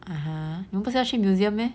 (uh huh) 你们不是要去 museum meh